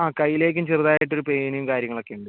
ആ കയ്യിലേക്കും ചെറുതായിട്ടൊരു പെയ്നും കാര്യങ്ങളൊക്കെ ഉണ്ട്